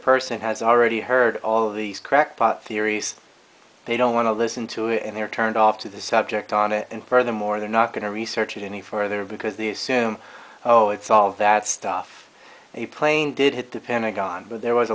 person has already heard all of these crackpot theories they don't want to listen to it and they're turned off to the subject on it and furthermore they're not going to research it any further because the assume oh it's all of that stuff a plane did hit the pentagon but there was